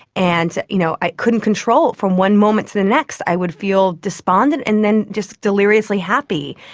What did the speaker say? and you know i couldn't control from one moment to the next. i would feel despondent and then just deliriously happy.